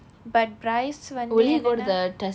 but bryce வந்து என்னன்னா:vanthu ennannaa